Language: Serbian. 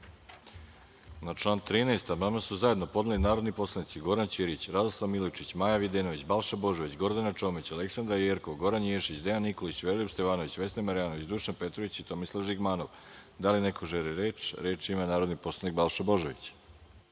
član 13. amandman su zajedno podneli narodni poslanici Goran Ćirić, Radoslav Milojičić, Maja Videnović, Balša Božović, Gordana Čomić, Aleksandra Jerkov, Goran Ješić, Dejan Nikolić, Veroljub Stevanović, Vesna Marjanović, Dušan Petrović i Tomislav Žigmanov. Da li neko želi reč? Reč ima narodni poslanik Balša Božović.